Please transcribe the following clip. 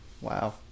Wow